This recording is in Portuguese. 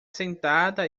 sentada